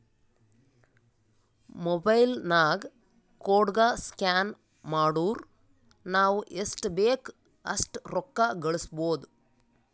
mobile ನಾಗ್ ಕೋಡ್ಗ scan ಮಾಡುರ್ ನಾವ್ ಎಸ್ಟ್ ಬೇಕ್ ಅಸ್ಟ್ ರೊಕ್ಕಾ ಕಳುಸ್ಬೋದ್